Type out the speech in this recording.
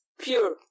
pure